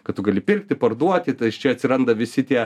kad tu gali pirkti parduoti tai iš čia atsiranda visi tie